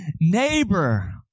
neighbor